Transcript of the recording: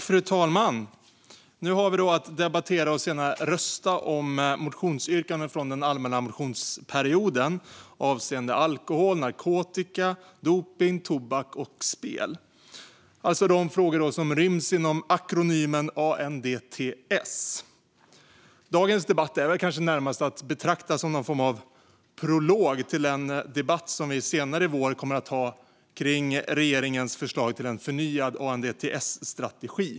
Fru talman! Nu har vi att debattera och senare rösta om motionsyrkanden från den allmänna motionsperioden avseende alkohol, narkotika, dopning, tobak och spel. Det är alltså de frågor som ryms i akronymen ANDTS. Dagens debatt är kanske närmast att betrakta som en prolog till den debatt som vi senare i vår kommer att ha om regeringens förslag till en förnyad ANDTS-strategi.